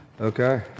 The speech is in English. Okay